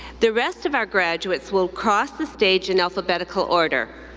the rest of our graduates will cross the stage in alphabetical order.